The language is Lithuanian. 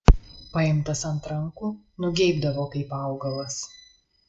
paimtas ant rankų nugeibdavo kaip augalas